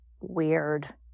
weird